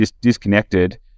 disconnected